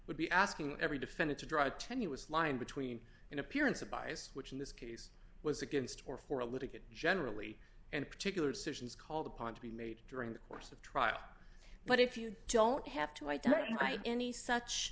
would be asking every defendant to draw a tenuous line between an appearance of byes which in this case was against or for a litigant generally and particular decision is called upon to be made during the course of trial but if you don't have to identify any such